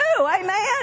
Amen